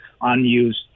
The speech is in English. unused